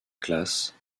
classe